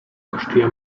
kosztuje